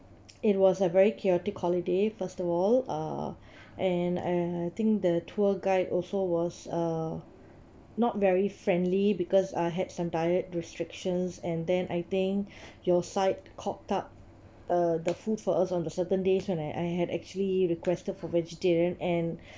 it was a very chaotic holiday first of all uh and and I think the tour guide also was uh not very friendly because ah had some diet restrictions and then I think your side cocked up uh the food for us on the certain days when I I had actually requested for vegetarian and